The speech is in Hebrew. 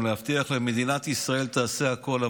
גם להבטיח שמדינת ישראל תעשה הכול,